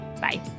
bye